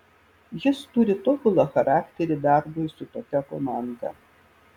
jis turi tobulą charakterį darbui su tokia komanda